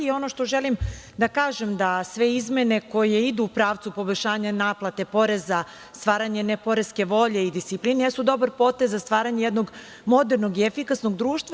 Ono što želim da kažem da sve izmene koje idu u pravcu poboljšanja naplate poreza, stvaranje ne poreske volje i discipline, jesu dobar potez za stvaranje jednog modernog i efikasnog društva.